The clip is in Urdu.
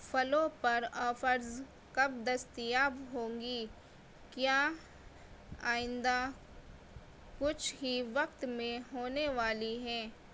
فلوں پر آفرز کب دستیاب ہوں گی کیا آئندہ کچھ ہی وقت میں ہونے والی ہیں